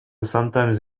sometimes